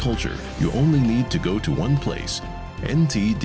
culture you only need to go to one place indeed